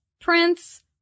prince